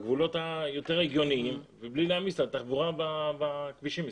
בגבולות היותר הגיוניים ובלי להעמיס על תחבורה בכבישים מסביב.